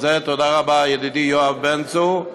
תודה רבה, ידידי יואב בן צור.